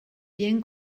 bien